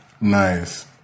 Nice